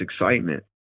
excitement